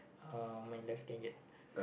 uh my life can get